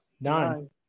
Nine